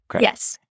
Yes